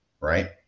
right